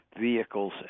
vehicles